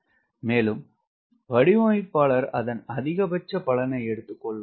மேலும் வடிவமைப்பாளர் அதன் அதிகபட்ச பலனை எடுத்து கொள்வார்